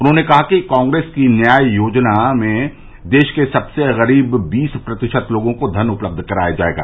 उन्होंने कहा कि कांग्रेस की न्याय योजना में देश के सबसे गरीब बीस प्रतिशत लोगों को धन उपलब्ध कराया जाएगा